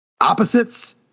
opposites